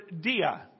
dia